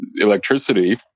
electricity